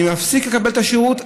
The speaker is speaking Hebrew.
אני מפסיק לקבל את השירות,